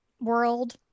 world